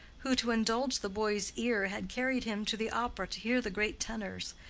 who to indulge the boy's ear had carried him to the opera to hear the great tenors,